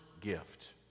gift